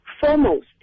Foremost